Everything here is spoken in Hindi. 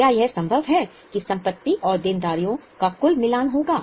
क्या यह संभव है कि संपत्ति और देनदारियों का कुल मिलान होगा